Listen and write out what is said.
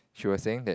she was saying that